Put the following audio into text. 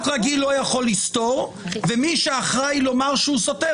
רגיל לא יכול לסתור ומי שאחראי לומר שהוא סותר,